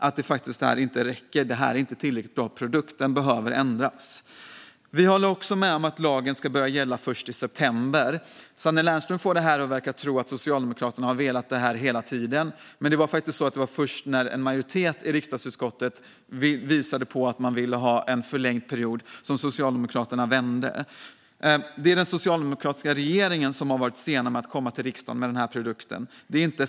Det här räcker faktiskt inte. Det är inte en tillräckligt bra produkt. Den behöver ändras. Vi håller också med om att lagen ska börja gälla först i september. Sanne Lennström får det att låta som att Socialdemokraterna har velat det här hela tiden. Men det var faktiskt först när en majoritet i utskottet visade att man ville ha en förlängd period som Socialdemokraterna vände. Det är den socialdemokratiska regeringen som har varit sen med att komma till riksdagen med denna produkt.